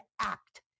act